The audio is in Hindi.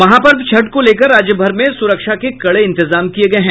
महापर्व छठ को लेकर राज्यभर में सुरक्षा के कड़े इंतजाम किये गये हैं